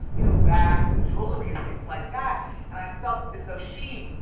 you know, bags and jewelry and things like that and i felt as though she'd,